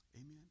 amen